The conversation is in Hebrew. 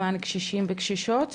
למען קשישים וקשישות.